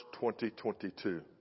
2022